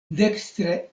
dekstre